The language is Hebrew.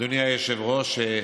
אדוני היושב-ראש,